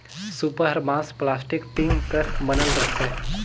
सूपा हर बांस, पलास्टिक, टीग कर बनल रहथे